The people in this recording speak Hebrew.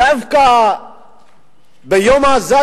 דווקא ביום הזה,